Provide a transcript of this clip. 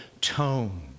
tone